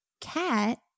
cat